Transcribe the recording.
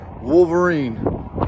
Wolverine